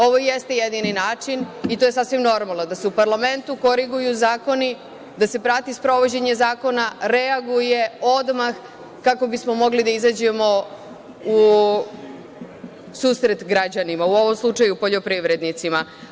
Ovo jeste jedini način i to je sasvim normalno da se u parlamentu koriguju zakoni, da se prati sprovođenje zakona, reaguje odmah kako bismo mogli da izađemo u susret građanima, u ovom slučaju poljoprivrednicima.